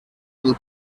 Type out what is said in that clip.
del